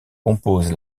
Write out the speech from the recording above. compose